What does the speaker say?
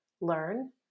learn